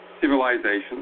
civilization